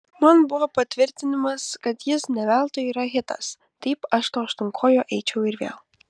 man buvo patvirtinimas kad jis ne veltui yra hitas taip aš to aštuonkojo eičiau ir vėl